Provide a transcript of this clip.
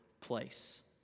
place